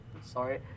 sorry